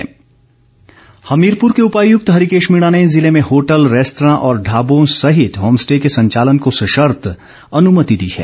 DC Hamirpur Hamirpur के उपायुक्त हरिकेश मीणा ने जिले में होटल रेस्तरां और ढाबों सहित होम स्टे के संचालन को सशर्त अनुमति दी है